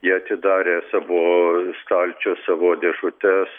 jie atidarė savo stalčius savo dėžutes